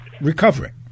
recovering